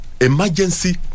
emergency